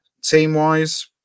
team-wise